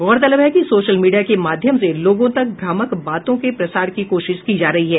गौरतलब है कि सोशल मीडिया के माध्यम से लोगों तक भ्रामक बातों के प्रसार की कोशिश की जा रही है